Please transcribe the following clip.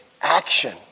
action